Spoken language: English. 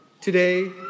today